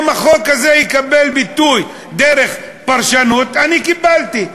אם החוק הזה יקבל ביטוי דרך פרשנות, אני קיבלתי.